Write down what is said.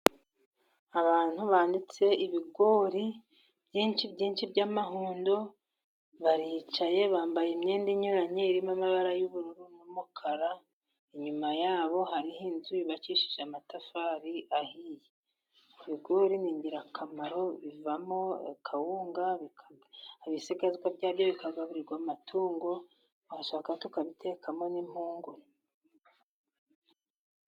Abantu banitse ibigori byinshi byinshi by'amahundo, baricaye bambaye imyenda inyuranye irimo amabara y'ubururu n'umukara. Inyuma yabo hariho inzu yubakishijwe amatafari ahiye .Ibigori ni ingirakamaro bivamo kawunga, ibisigazwa byabyo bikagaburirwa amatungo, twashaka tikabitekamo n'impungure.